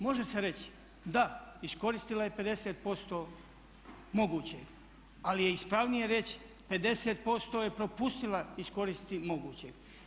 Može se reći, da iskoristila je 50% mogućeg ali je ispravnije reći, 50% je propustila iskoristiti mogućeg.